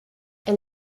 and